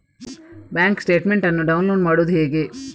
Bank statement ಅನ್ನು download ಮಾಡುವುದು ಹೇಗೆ?